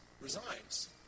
resigns